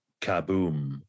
kaboom